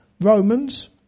Romans